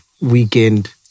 weekend